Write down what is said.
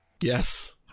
Yes